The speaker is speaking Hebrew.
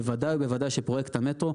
ובוודאי ובוודאי שפרויקט המטרו,